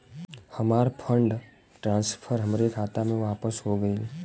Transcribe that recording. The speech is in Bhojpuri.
हमार फंड ट्रांसफर हमरे खाता मे वापस हो गईल